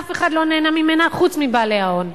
ואף אחד לא נהנה ממנה חוץ מבעלי ההון,